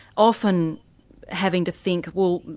often having to think well,